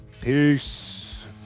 Peace